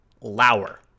Lauer